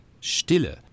stille